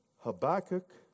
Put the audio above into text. Habakkuk